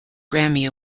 grammy